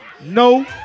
no